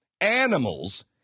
animals